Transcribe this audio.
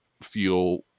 feel